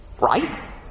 Right